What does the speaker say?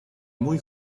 muy